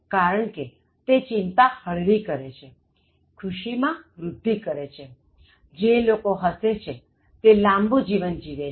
કારણકે તે ચિંતા હળવી કરે છે ખુશી માં વૃધ્ધિ કરે છે જે લોકો હસે છે તે લાંબુ જીવન જીવે છે